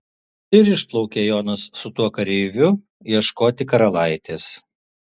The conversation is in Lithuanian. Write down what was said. ir išplaukė jonas su tuo kareiviu ieškoti karalaitės